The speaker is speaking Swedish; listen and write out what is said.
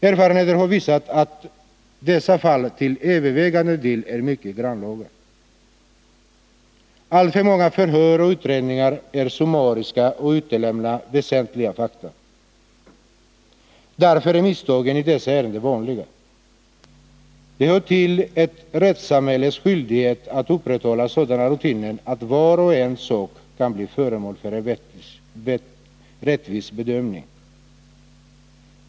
Erfarenheter har visat att dessa fall till övervägande del är mycket grannlaga. Alltför många förhör och utredningar är summariska och utelämnar väsentliga fakta. Därför är misstagen i dessa ärenden vanliga. Det hör till ett rättssamhälles skyldigheter att upprätthålla sådana rutiner att vars och ens sak kan bli föremål för en rättvis bedömning.